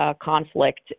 conflict